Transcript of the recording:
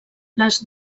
les